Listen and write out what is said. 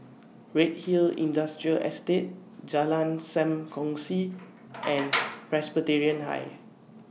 Redhill Industrial Estate Jalan SAM Kongsi and Presbyterian High